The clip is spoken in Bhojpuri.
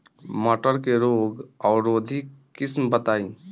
मटर के रोग अवरोधी किस्म बताई?